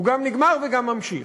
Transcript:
הוא גם נגמר וגם נמשך.